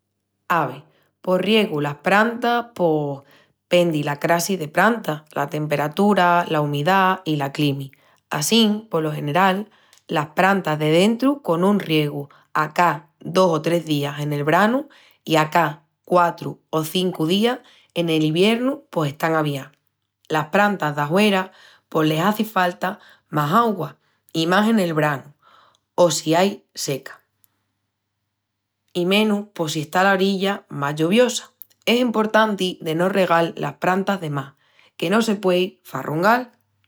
Ave, pos riegu las prantas pos... pendi la crassi de pranta, la temperatura, la umidá i la climi. Assín, polo general, las prantas de drentu con un riegu a cá dos o tres días en el branu i a cá quatru o cincu días en el iviernu pos están aviás. Las prantas d'ahuera pos les hazi falta más augua, i más en el branu o si ai seca, i menus pos si está la orilla más lloviosa. Es emportanti de no regal las prantas de más, que se puei farrungal!